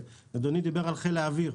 אדוני דיבר על חיל האוויר,